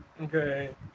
Okay